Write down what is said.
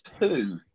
two